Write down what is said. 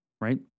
right